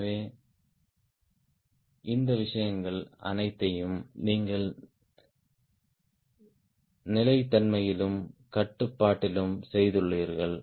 எனவே இந்த விஷயங்கள் அனைத்தையும் நீங்கள் நிலைத்தன்மையிலும் கட்டுப்பாட்டிலும் செய்துள்ளீர்கள்